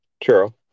True